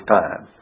time